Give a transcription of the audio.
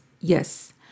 Yes